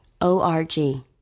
O-R-G